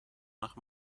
nach